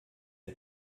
der